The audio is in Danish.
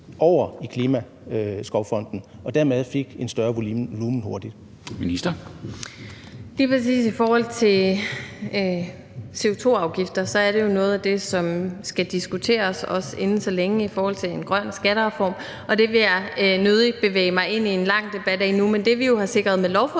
over i Klimaskovfonden og dermed fik en større volumen hurtigt?